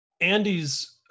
Andy's